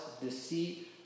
deceit